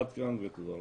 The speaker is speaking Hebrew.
עד כאן ותודה רבה.